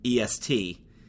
EST